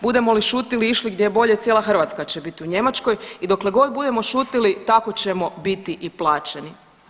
Budemo li šutili i išli gdje je bolje cijela Hrvatska će bit u Njemačkoj i dokle god budemo šutili tako ćemo biti i plaćeni.